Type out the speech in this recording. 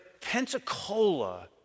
pensacola